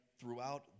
throughout